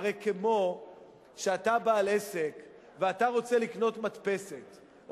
הרי כמו שאתה בעל עסק ואתה רוצה לקנות מדפסת או